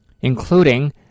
including